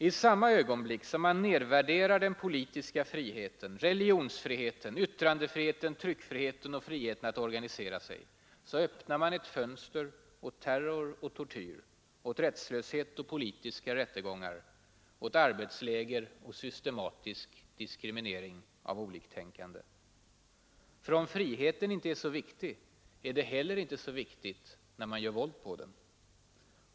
I samma ögonblick som man nervärderar den politiska friheten, religionsfriheten, yttrandefriheten, tryckfriheten och friheten att organisera sig, öppnar man ett fönster åt terror och tortyr, åt rättslöshet och politiska rättegångar, åt arbetsläger och systematisk diskriminering av oliktänkande. För om friheten inte är så viktig är det inte heller så viktigt när man gör våld på den.